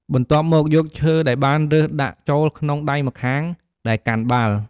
បន្ទាប់មក យកឈើដែលបានរើសដាក់ចូលក្នុងដៃម្ខាងដែលកាន់បាល់។